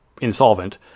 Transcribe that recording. insolvent